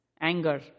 Anger